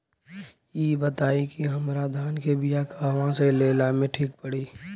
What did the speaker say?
इ बताईं की हमरा धान के बिया कहवा से लेला मे ठीक पड़ी?